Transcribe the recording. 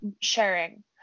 sharing